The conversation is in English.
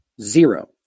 Zero